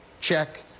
Check